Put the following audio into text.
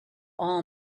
all